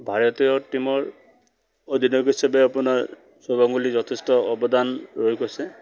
ভাৰতীয় টীমৰ অধীনায়ক হিচাপে আপোনাৰ সৌৰভ গাংগুলী যথেষ্ট অৱদান ৰৈ গৈছে